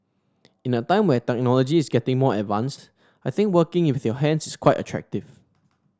in a time where technology is getting more advanced I think working with your hands is quite attractive